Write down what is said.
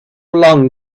long